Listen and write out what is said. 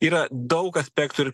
yra daug aspektų ir